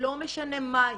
לא משנה מה היא,